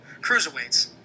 Cruiserweights